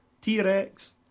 T-Rex